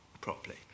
properly